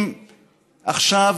אם עכשיו